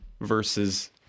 versus